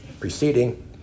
preceding